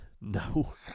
No